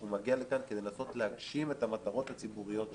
הוא מגיע לכאן כדי לנסות להגשים את המטרות הציבוריות שלו.